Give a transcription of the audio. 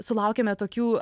sulaukiame tokių